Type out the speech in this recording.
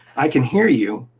i can hear you.